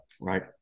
right